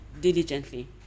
diligently